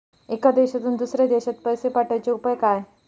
एका देशातून दुसऱ्या देशात पैसे पाठवचे उपाय काय?